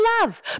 love